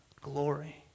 glory